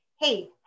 hey